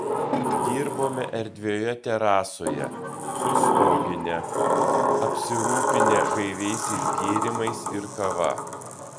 dirbome erdvioje terasoje su stogine apsirūpinę gaiviaisiais gėrimais ir kava